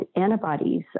antibodies